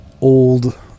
old